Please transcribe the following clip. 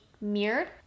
mirrored